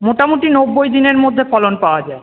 মোটামুটি নব্বই দিনের মধ্যে ফলন পাওয়া যায়